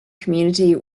community